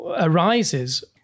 arises